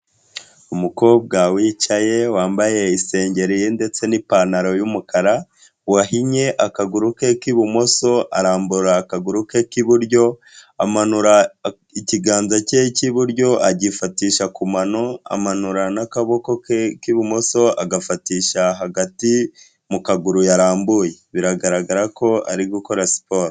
Umukobwa wicaye, wambaye isengeri ye ndetse n'ipantaro y'umukara, wahinnye akaguru ke k'ibumoso, arambura akaguru ke k'iburyo, amanura ikiganza cye cy'iburyo agifatisha ku mano, amanura n'akaboko ke k'ibumoso agafatisha hagati mu kaguru yarambuye. Biragaragara ko ari gukora siporo.